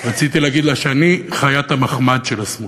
רציתי להגיד לה שאני חיית המחמד של השמאל